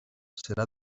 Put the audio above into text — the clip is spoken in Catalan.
serà